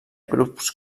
grups